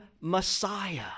Messiah